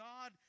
God